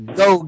go